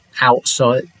Outside